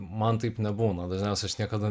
man taip nebūnadažniausiai aš niekada